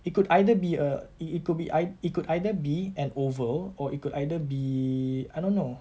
it could either be a it it could be ei~ it could either be an oval or it could either be I don't know